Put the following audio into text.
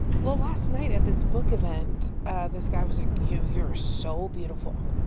well, last night at this book event ah this guy was like, yo, you're so beautiful,